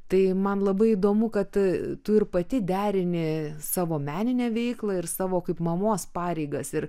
tai man labai įdomu kad tu ir pati derini savo meninę veiklą ir savo kaip mamos pareigas ir